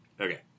Okay